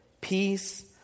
Peace